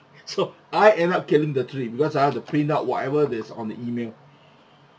so I end up killing the tree because I have to print out whatever that's on the email